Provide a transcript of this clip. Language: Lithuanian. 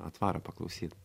atvaro paklausyt